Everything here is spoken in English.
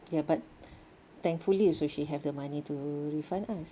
ya but thankfully also she have the money to refund us